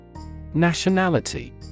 Nationality